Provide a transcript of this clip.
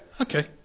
Okay